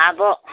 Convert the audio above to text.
अब